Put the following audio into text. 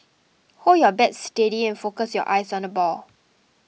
hold your bat steady and focus your eyes on the ball